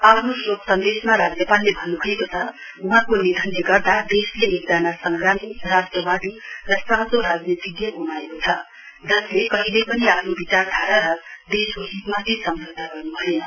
आफ्नो शोक सन्देशमा राज्यपालले भन्नुभएको छ वहाँको निधनले गर्दा देशले एकजना संग्रामी राष्ट्रवादी र साँचो राजनीतिज्ञ ग्माएको छ जसले कहिले पनि आफ्नो विचारधारा र देशको हितमाथि सम्झौता गर्नुभएन